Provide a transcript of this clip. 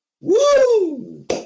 Woo